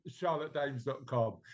charlottedames.com